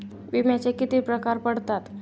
विम्याचे किती प्रकार पडतात?